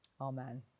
amen